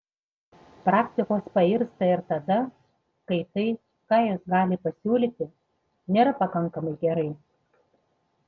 praktikos pairsta ir tada kai tai ką jos gali pasiūlyti nėra pakankamai gerai